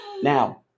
now